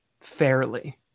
fairly